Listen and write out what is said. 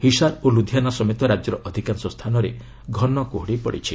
ହିସାର ଓ ଲୁଧ୍ୟାନା ସମେତ ରାଜ୍ୟର ଅଧିକାଂଶ ସ୍ଥାନରେ ଘନ କୁହୁଡି ପଡିଛି